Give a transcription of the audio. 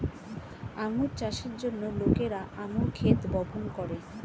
আঙ্গুর চাষের জন্য লোকেরা আঙ্গুর ক্ষেত বপন করে